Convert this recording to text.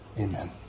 Amen